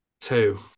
two